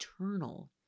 eternal